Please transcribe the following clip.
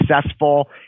successful